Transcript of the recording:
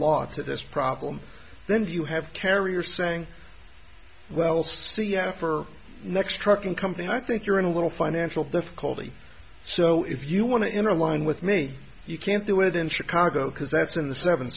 law to this problem then you have carrier saying well see after next trucking company i think you're in a little financial difficulty so if you want to enter a line with me you can't do it in chicago because that's in the seventh